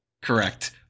correct